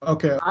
Okay